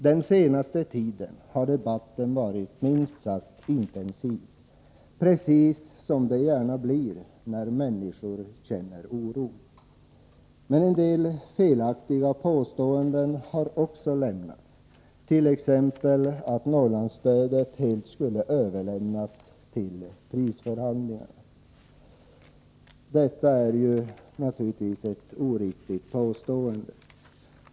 Den senaste tiden har debatten varit minst sagt intensiv, som det gärna blir när människor känner oro. Men det har också gjorts en del felaktiga påståenden, t.ex. att Norrlandsstödet helt skulle överlämnas till prisförhandlingar. Detta är naturligtvis ett oriktigt påstående.